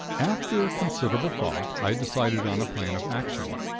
after considerable thought, i decided on a plan of action.